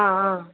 ആ ആ